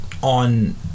on